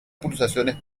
pulsaciones